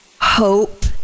hope